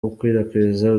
gukwirakwiza